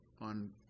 on